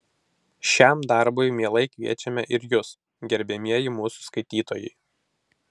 šiam darbui mielai kviečiame ir jus gerbiamieji mūsų skaitytojai